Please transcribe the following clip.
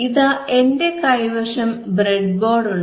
ഇതാ എന്റെ കൈവശം ബ്രെഡ്ബോർഡ് ഉണ്ട്